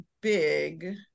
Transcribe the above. big